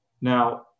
Now